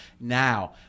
Now